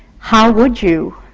how would you